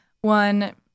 One